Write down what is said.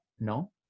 No